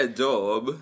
job